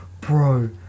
Bro